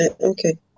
Okay